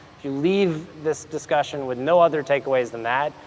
if you leave this discussion with no other takeaways than that,